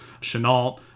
Chenault